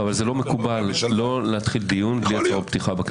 זה לא מקובל לא להתחיל דיון בלי לתת זמן להצהרות פתיחה.